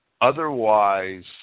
otherwise